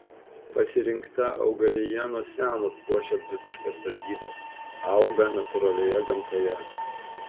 pasirinkta augalija nuo seno puošia dzūkiškas sodybas auga natūralioje gamtoje